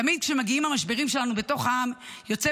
תמיד כשמגיעים המשברים שלנו בתוך העם יוצא